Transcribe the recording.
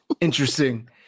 Interesting